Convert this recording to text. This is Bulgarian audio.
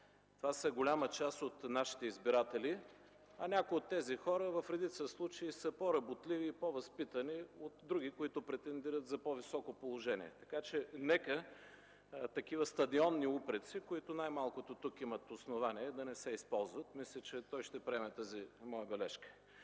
Това са голяма част от нашите избиратели, а някои от тези хора в редица случаи са по-работливи и по-възпитани от други, които претендират за по-високо положение. Така че нека такива стадионни упреци, които най-малкото тук имат основание, да не се използват. Мисля, че той ще приеме тази моя бележка.